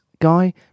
guy